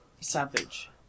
savage